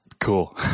cool